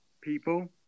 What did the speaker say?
people